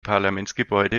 parlamentsgebäude